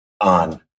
on